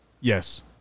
Yes